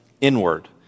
inward